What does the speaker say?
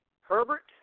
Herbert